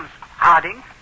Harding